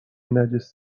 نجس